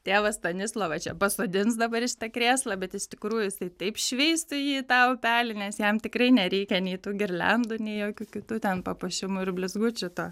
tėvą stanislovą čia pasodins dabar į šitą krėslą bet iš tikrųjų jisai taip šveistų jį į tą upelį nes jam tikrai nereikia nei tų girliandų nei jokių kitų ten papuošimų ir blizgučių to